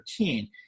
13